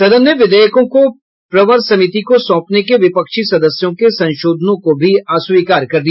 सदन ने विधेयकों को प्रवर समिति को सौंपने के विपक्षी सदस्यों के संशोधनों को भी अस्वीकार कर दिया